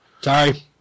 Sorry